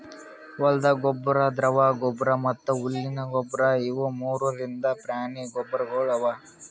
ಹೊಲ್ದ ಗೊಬ್ಬರ್, ದ್ರವ ಗೊಬ್ಬರ್ ಮತ್ತ್ ಹುಲ್ಲಿನ ಗೊಬ್ಬರ್ ಇವು ಮೂರು ರೀತಿದ್ ಪ್ರಾಣಿ ಗೊಬ್ಬರ್ಗೊಳ್ ಅವಾ